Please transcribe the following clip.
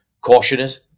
cautious